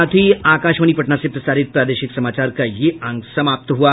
इसके साथ ही आकाशवाणी पटना से प्रसारित प्रादेशिक समाचार का ये अंक समाप्त हुआ